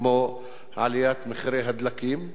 כמו עליית מחירי הדלקים,